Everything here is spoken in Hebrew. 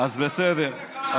אז בסדר.